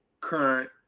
current